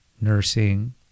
nursing